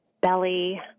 belly